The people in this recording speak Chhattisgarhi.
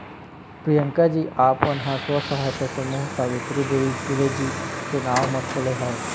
प्रियंकाजी आप मन ह स्व सहायता समूह सावित्री देवी फूले जी के नांव म खोले हव